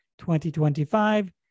2025